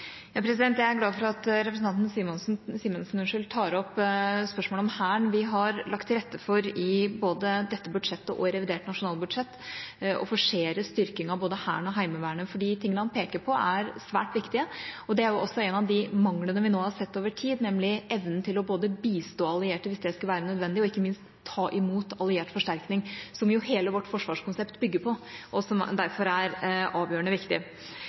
Jeg er glad for at representanten Simensen tar opp spørsmålet om Hæren. Vi har lagt til rette for, både i dette budsjettet og i revidert nasjonalbudsjett, å forsere styrking av både Hæren og Heimevernet, for de tingene han peker på, er svært viktige. Det er jo også en av de manglene vi nå har sett over tid, nemlig evnen til å bistå allierte, hvis det skulle være nødvendig, og ikke minst ta imot alliert forsterkning, som jo hele vårt forsvarskonsept bygger på, og som derfor er avgjørende viktig.